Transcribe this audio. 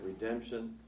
redemption